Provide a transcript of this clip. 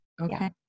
Okay